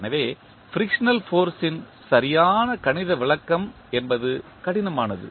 எனவே frictional force ன் சரியான கணித விளக்கம் என்பது கடினமானது